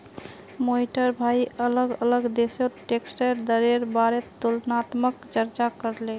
मोहिटर भाई अलग अलग देशोत टैक्सेर दरेर बारेत तुलनात्मक चर्चा करले